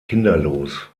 kinderlos